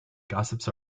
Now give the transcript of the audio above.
gossips